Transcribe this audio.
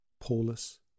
Paulus